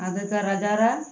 আজকে রাজারা